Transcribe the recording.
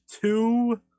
two